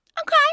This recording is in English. Okay